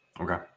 Okay